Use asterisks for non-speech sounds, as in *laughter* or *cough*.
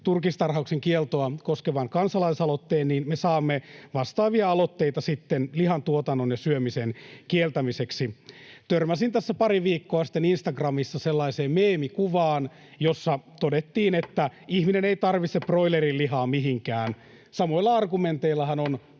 turkistarhauksen kieltoa koskevan kansalaisaloitteen, niin me saamme vastaavia aloitteita sitten lihantuotannon ja lihan syömisen kieltämiseksi. Törmäsin tässä pari viikkoa sitten Instagramissa sellaiseen meemikuvaan, jossa todettiin, *noise* että ihminen ei tarvitse broilerinlihaa mihinkään. Samoilla argumenteillahan on